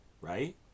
right